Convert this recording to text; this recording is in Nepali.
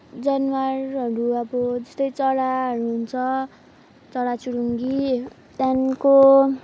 जनावरहरू अब जस्तै चराहरू हुन्छ चराचुरुङ्गी त्यहाँदेखिको